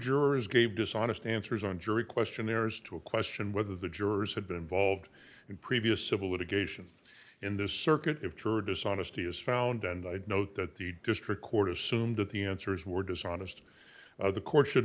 jurors gave dishonest answers on jury questionnaires to a question whether the jurors had been involved in previous civil litigation in this circuit if juror dishonesty is found and i note that the district court assumed that the answers were dishonest or the court should